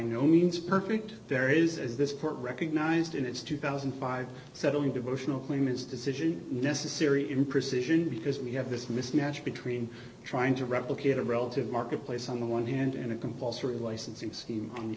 no means perfect there is as this court recognized in its two thousand and five settling devotional claim is decision necessary in precision because we have this mismatch between trying to replicate a relative marketplace on the one hand and a compulsory licensing scheme on the